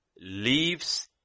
leaves